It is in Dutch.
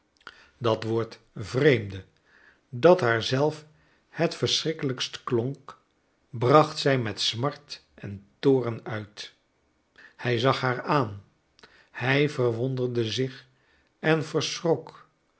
dat woord vreemde dat haar zelf het verschrikkelijkst klonk bracht zij met smart en toorn uit hij zag haar aan hij verwonderde zich en verschrok